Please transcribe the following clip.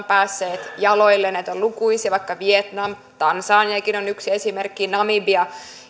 päässeet jaloilleen näitä on lukuisia vaikka vietnam tansaniakin on yksi esimerkki ja namibia